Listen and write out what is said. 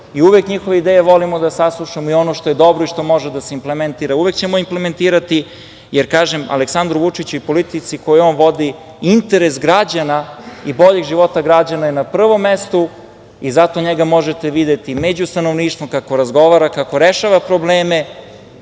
i uvek njihove ideje volimo da saslušamo i ono što je dobro i što može da se implementira uvek ćemo implementirati, jer kažem, Aleksandru Vučiću i politici koju on vodi interes građana i boljeg života građana je na prvom mestu. Zato njega možete videti među stanovništvom kako razgovara, kako rešava probleme,